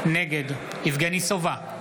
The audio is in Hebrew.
נגד יבגני סובה,